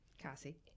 Cassie